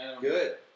good